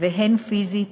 והן פיזית,